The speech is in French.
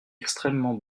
extrêmement